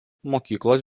mokyklos